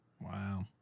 Wow